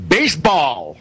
Baseball